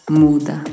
muda